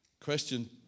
Question